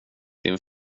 din